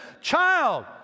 child